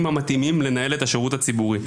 המתאימים לנהל את השירות הציבורי.